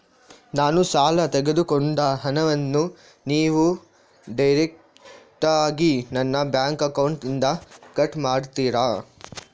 ನಾನು ಸಾಲ ತೆಗೆದುಕೊಂಡ ಹಣವನ್ನು ನೀವು ಡೈರೆಕ್ಟಾಗಿ ನನ್ನ ಬ್ಯಾಂಕ್ ಅಕೌಂಟ್ ಇಂದ ಕಟ್ ಮಾಡ್ತೀರಾ?